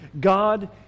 God